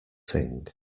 sing